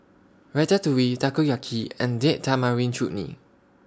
Ratatouille Takoyaki and Date Tamarind Chutney